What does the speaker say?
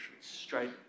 straight